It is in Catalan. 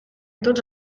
tots